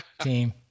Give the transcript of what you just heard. team